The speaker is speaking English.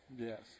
Yes